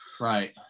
Right